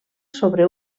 sobre